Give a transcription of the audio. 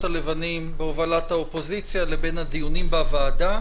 הלבנים בהובלת האופוזיציה לבין הדיונים בוועדה,